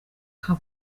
nka